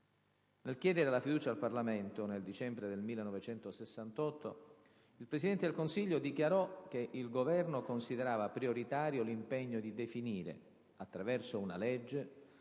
Nel chiedere la fiducia al Parlamento, nel dicembre del 1968, il Presidente del Consiglio dichiarò che il Governo considerava prioritario l'impegno di definire, attraverso una legge,